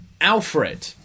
Alfred